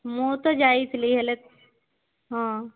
ମୁଁ ତ ଯାଇଥିଲି ହେଲେ ହଁ